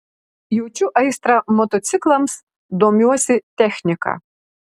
jaučiu aistrą motociklams domiuosi technika